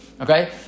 Okay